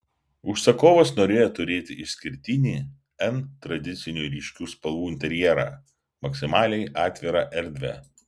užsakovas norėjo turėti išskirtinį n tradicinių ryškių spalvų interjerą maksimaliai atvirą erdvę